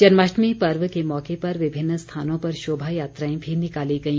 जन्माष्टमी पर्व के मौके पर विभिन्न स्थानों पर शोभा यात्राएं भी निकाली गई